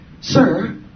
Sir